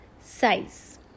size